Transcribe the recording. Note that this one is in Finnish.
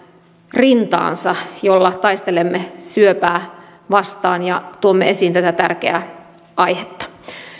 rintaansa roosan nauhan jolla taistelemme syöpää vastaan ja tuomme esiin tätä tärkeää aihetta